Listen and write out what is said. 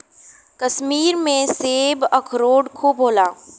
कश्मीर में सेब, अखरोट खूब होला